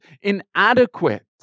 inadequate